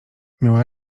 miała